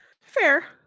Fair